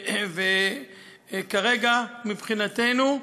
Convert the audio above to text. כרגע, מבחינתנו,